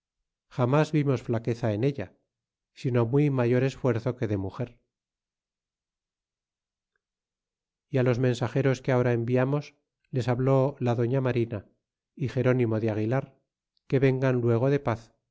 jamas vimos flaqueza en ella sino muy mayor esfuerzo que de muger y á los mensageros que ahora enviarnos les habló la doña marina y geránimo de aguilar que vengan luego de paz